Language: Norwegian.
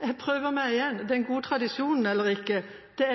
Jeg prøver meg igjen – den gode tradisjonen eller ikke. Spørsmålet gjelder dette: